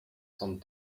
some